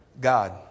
God